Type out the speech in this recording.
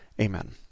Amen